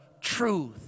truth